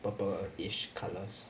purplish colours